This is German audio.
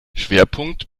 schwerpunkt